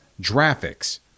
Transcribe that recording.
graphics